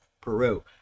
Peru